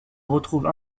retrouvent